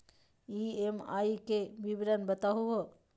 EMI के विवरण बताही हो?